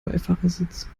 beifahrersitz